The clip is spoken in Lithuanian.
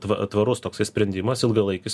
tva tvarus toksai sprendimas ilgalaikis